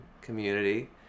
community